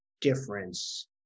difference